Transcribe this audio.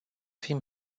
fim